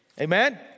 Amen